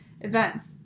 events